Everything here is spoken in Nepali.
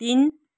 तिन